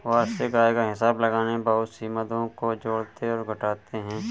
वार्षिक आय का हिसाब लगाने में बहुत सी मदों को जोड़ते और घटाते है